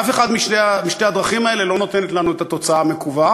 אף אחת משתי הדרכים האלה לא נותנת לנו את התוצאה המקווה.